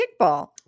kickball